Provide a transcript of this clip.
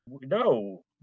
no